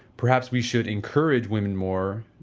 perhaps we should encourage women more,